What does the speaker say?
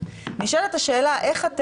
הבא.